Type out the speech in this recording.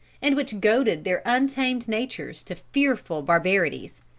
and which goaded their untamed natures to fearful barbarities.